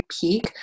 peak